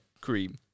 cream